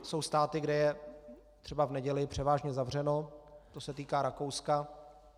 Jsou státy, kde je třeba v neděli převážně zavřeno, to se týká Rakouska.